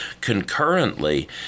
concurrently